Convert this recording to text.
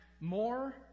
more